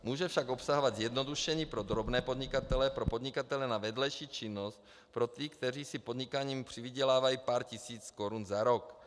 Může však obsahovat zjednodušení pro drobné podnikatele, pro podnikatele na vedlejší činnost, pro ty, kteří si podnikáním přivydělávají pár tisíc korun za rok.